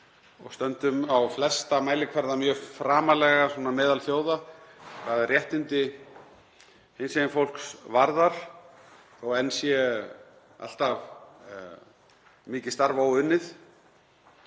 stöndum á flesta mælikvarða mjög framarlega meðal þjóða hvað réttindi hinsegin fólks varðar, þó að enn sé alltaf mikið starf óunnið,